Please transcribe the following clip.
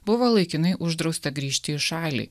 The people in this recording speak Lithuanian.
buvo laikinai uždrausta grįžti į šalį